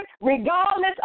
regardless